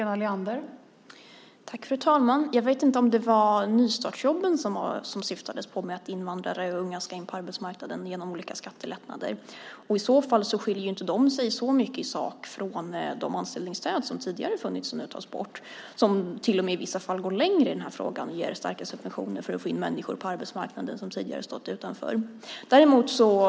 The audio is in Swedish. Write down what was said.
Fru talman! Jag vet inte om det var nystartsjobben som åsyftades när Karin Nilsson sade att invandrare och unga ska in på arbetsmarknaden genom olika skattelättnader. I så fall skiljer de sig inte så mycket i sak från de anställningsstöd som nu tas bort och som i vissa fall till och med går längre i den här frågan och ger starkare subventioner för att få in människor som tidigare stått utanför arbetsmarknaden.